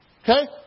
Okay